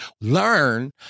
learn